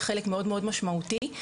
אבל היא צריכה להיות חלק מאוד משמעותי.